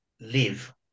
live